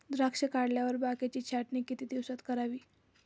द्राक्षे काढल्यावर बागेची छाटणी किती दिवसात करावी?